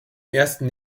ersten